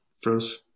froze